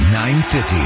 950